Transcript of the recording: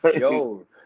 Yo